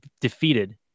defeated